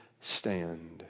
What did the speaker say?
stand